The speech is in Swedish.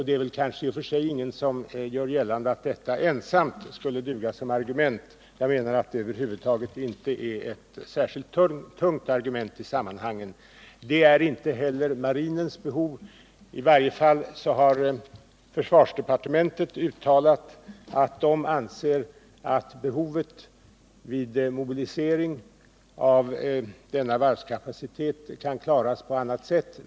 Det är väl kanske i och för sig ingen som gör gällande att det ensamt skulle duga som argument. Jag menar att det över huvud taget inte är ett särskilt tungt argument i sammanhangen. Det är inte heller marinens behov. I varje fall har försvarsdepartementet uttalat att man anser att behovet av denna varvskapacitet vid mobilisering kan klaras på annat sätt.